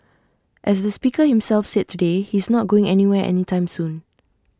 as the speaker himself said today he's not going anywhere any time soon